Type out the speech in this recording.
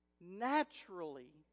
naturally